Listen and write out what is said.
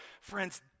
friends